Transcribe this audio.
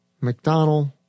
McDonald